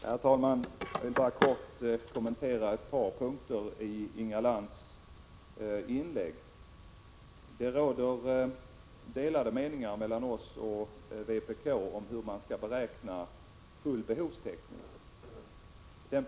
Herr talman! Jag vill kort kommentera ett par punkter i Inga Lantz inlägg. Det råder delade meningar mellan oss och vpk om hur man skall beräkna full behovstäckning.